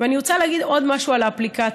ואני רוצה להגיד עוד משהו על האפליקציות.